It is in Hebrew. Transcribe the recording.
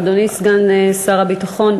אדוני סגן שר הביטחון,